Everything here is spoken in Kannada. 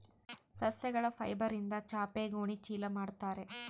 ಸಸ್ಯಗಳ ಫೈಬರ್ಯಿಂದ ಚಾಪೆ ಗೋಣಿ ಚೀಲ ಮಾಡುತ್ತಾರೆ